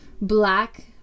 black